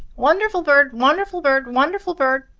wonderful bird wonderful bird wonderful bird,